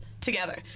together